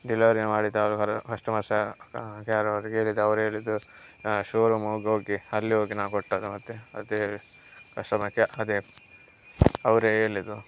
delivery ಮಾಡಿದವರು ಹೊರ ಕಸ್ಟಮರ್ಸಾ ಯಾರು ಅವರಿಗೆ ಹೇಳಿದ್ದು ಅವ್ರು ಹೇಳಿದ್ದು ಶೋರೂಮ್ ಒಳಗೋಗಿ ಅಲ್ಲಿ ಹೋಗಿ ನಾವು ಕೊಟ್ಟದ್ದು ಮತ್ತೆ ಅದೆ ಕಸ್ಟಮರ್ ಕೇರ್ ಅದೆ ಅವರೆ ಹೇಳಿದ್ದು